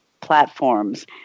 platforms